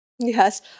Yes